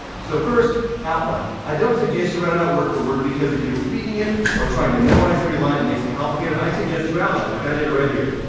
so first, outline, i don't suggest you read it out word for word because if you're reading it or trying to memorize every line, it makes it complicated. i suggest you outline like i did right here.